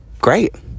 great